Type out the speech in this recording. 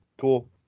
cool